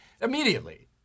Immediately